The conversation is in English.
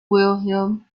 wilhelm